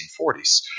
1940s